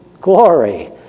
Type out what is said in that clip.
glory